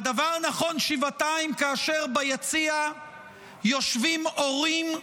והדבר נכון שבעתיים כאשר ביציע יושבים הורים,